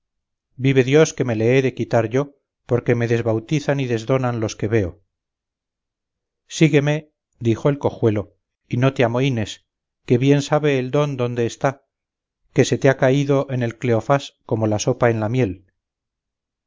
vive dios que me le he de quitar yo porque me desbautizan y desdonan los que veo sígueme dijo el cojuelo y no te amohines que bien sabe el don dónde está que se te ha caído en el cleofás como la sopa en la miel